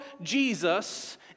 Jesus